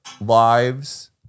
lives